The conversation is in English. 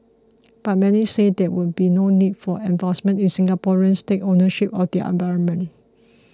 but many said there would be no need for enforcement if Singaporeans take ownership of their environment